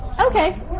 Okay